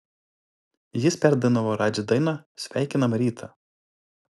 jis perdainavo radži dainą sveikinam rytą